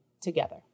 together